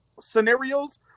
scenarios